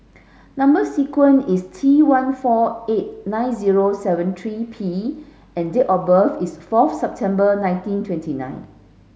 number sequence is T one four eight nine zero seven three P and date of birth is fourth September nineteen twenty nine